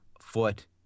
foot